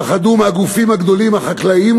אולי פחדו מהגופים הגדולים החקלאיים,